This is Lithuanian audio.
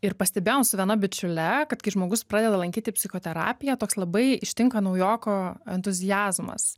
ir pastebėjom su viena bičiule kad kai žmogus pradeda lankyti psichoterapiją toks labai ištinka naujoko entuziazmas